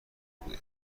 بود